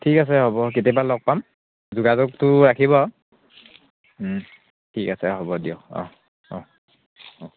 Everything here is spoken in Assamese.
ঠিক আছে হ'ব কেতিয়াবা লগ পাম যোগাযোগটো ৰাখিব ঠিক আছে হ'ব দিয়ক অঁ অঁ অঁ